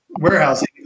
warehousing